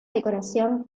decoración